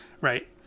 Right